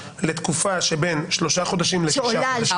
לתקופה שבין שלושה חודשים לשישה חודשים --- שעולה על שלושה חודשים.